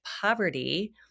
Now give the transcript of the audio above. poverty